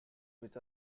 which